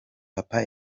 papa